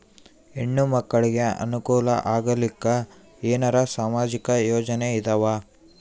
ಹೆಣ್ಣು ಮಕ್ಕಳಿಗೆ ಅನುಕೂಲ ಆಗಲಿಕ್ಕ ಏನರ ಸಾಮಾಜಿಕ ಯೋಜನೆ ಇದಾವ?